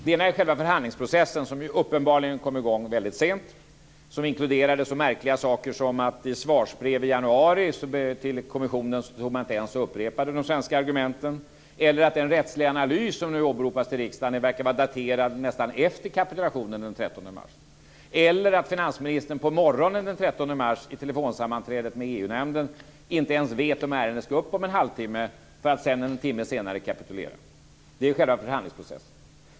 Det ena är själva förhandlingsprocessen, som uppenbarligen kom i gång väldigt sent och som inkluderade så märkliga saker som att man i svarsbrev i januari till kommissionen inte ens upprepade de svenska argumenten, att den rättsliga analys som nu åberopas i riksdagen nästan verkar vara daterad efter kapitulationen den 13 mars och att finansministern på morgonen den 13 mars i telefonsammanträdet med EU nämnden inte ens vet om ärendet ska upp om en halvtimme, för att en timme senare kapitulera. Det är själva förhandlingsprocessen.